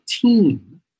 team